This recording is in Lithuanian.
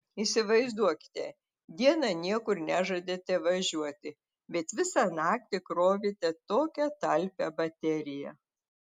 įsivaizduokite dieną niekur nežadate važiuoti bet visą naktį krovėte tokią talpią bateriją